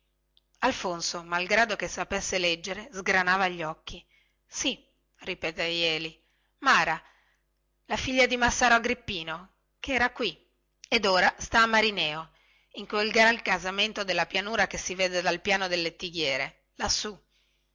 alfonso malgrado che sapesse leggere sgranava gli occhi sì ripetè jeli mara la figlia di massaro agrippino che era qui ed ora sta a marineo in quel gran casamento della pianura che si vede dal piano del lattigliere lassù